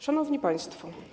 Szanowni Państwo!